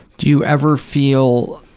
do you ever feel